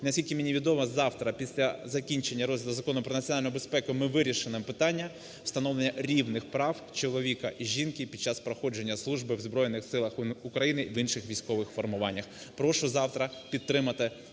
Наскільки мені відомо, завтра після закінчення розгляду Закону про національну безпеку ми вирішимо питання встановлення рівних прав чоловіка і жінки під час проходження служби в Збройних Силах України, в інших військових формуваннях. Прошу завтра підтримати